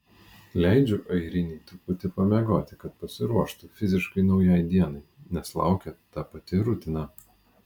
leidžiu airinei truputį pamiegoti kad pasiruoštų fiziškai naujai dienai nes laukia ta pati rutina